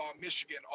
Michigan